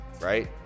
Right